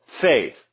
faith